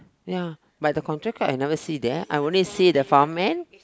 ya but the contractor I never see there I only see the farmhand